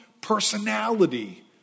personality